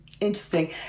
Interesting